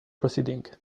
proceeding